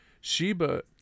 Sheba